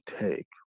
take